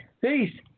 Peace